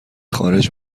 خارج